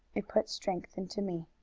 it puts strength into me.